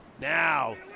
Now